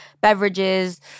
Beverages